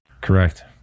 Correct